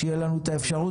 שתהיה לנו אפשרות.